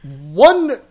One